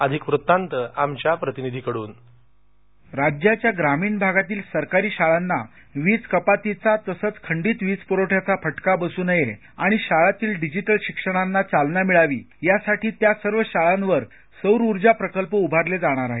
अधिक वृत्तांत आमच्या प्रतिनिधी कडून स्क्रिप्ट राज्याच्या ग्रामीण भागातील सरकारी शाळांना वीज कपातीचा तसंच खंडित वीज पुरवठ्याचा फटका बसू नये आणि शाळांतील डिजिटल शिक्षणाला चालना मिळावी यासाठी त्या सर्व शाळांवर सौर ऊर्जा प्रकल्प उभारले जाणार आहेत